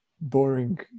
boring